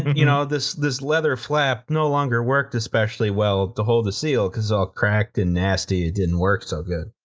you know this this leather flap no longer worked especially well to hold the seal, cause it's all cracked and nasty, it didn't work so good,